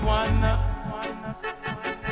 one